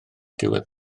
diwedd